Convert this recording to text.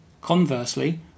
Conversely